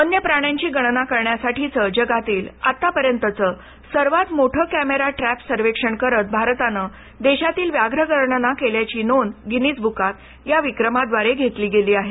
वन्य प्राण्यांची गणना करण्यासाठीचं जगातील आतापर्यंतचं सर्वात मोठं कॅमेरा ट्रॅप सर्वेक्षण करत भारतानं देशातील व्याघ्रगणना केल्याची नोंद गिनिज बुकात या विक्रमाद्वारे घेतली गेली आहे